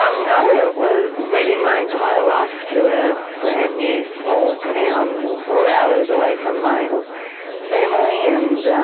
um no, it was moving my entire life to a brand new small town four hours away from my family, and